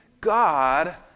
God